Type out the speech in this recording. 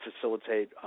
facilitate